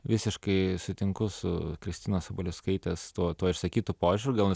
visiškai sutinku su kristinos sabaliauskaitės tuo tuo išsakytu požiūriu gal